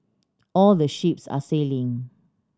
all the ships are sailing